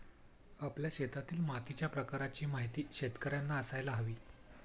आपल्या शेतातील मातीच्या प्रकाराची माहिती शेतकर्यांना असायला हवी